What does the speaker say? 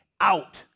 out